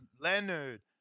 Leonard